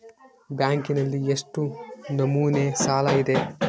ಬ್ಯಾಂಕಿನಲ್ಲಿ ಎಷ್ಟು ನಮೂನೆ ಸಾಲ ಇದೆ?